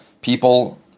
people